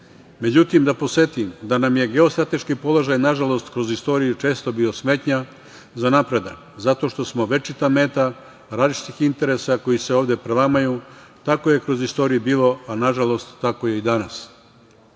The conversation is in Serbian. Međutim, da podsetim da nam je geostrateški položaj, nažalost, kroz istoriju često bio smetnja za napredak zato što smo večita meta različitih interesa koji se ovde prelamaju. Tako je kroz istoriju bilo, a nažalost tako je i danas. Srbija